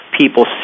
people